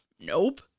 Nope